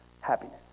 happiness